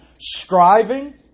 striving